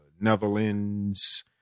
Netherlands